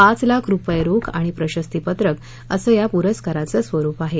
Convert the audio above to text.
पाच लाख रुपये रोख आणि प्रशस्तीपत्रक असं या पुरस्काराचं स्वरूप आहे